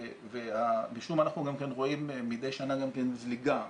אנחנו רואים גם מדי שנה זליגה,